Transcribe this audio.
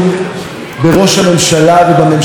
הזאת כי זו ממשלה רעה למדינת ישראל.